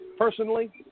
Personally